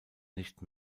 nicht